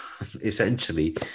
essentially